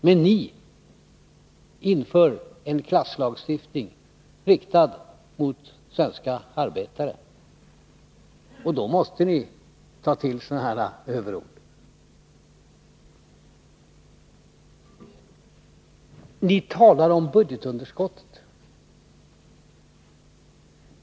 Men ni inför en klasslagstiftning riktad mot svenska arbetare, och då måste ni ta till sådana här överord. Ni talar om budgetunderskottet.